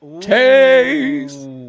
Taste